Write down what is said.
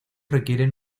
requieren